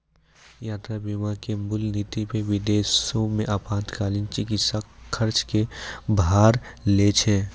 यात्रा बीमा के मूल नीति पे विदेशो मे आपातकालीन चिकित्सा खर्च के भार लै छै